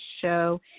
show